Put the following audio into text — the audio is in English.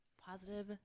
Positive